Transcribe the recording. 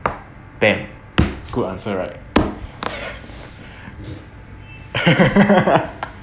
bam good answer right